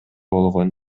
болгон